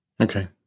Okay